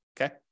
Okay